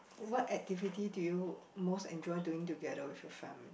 what activity do you most enjoy doing together with your family